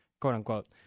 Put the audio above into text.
quote-unquote